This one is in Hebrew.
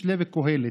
משלי וקהלת.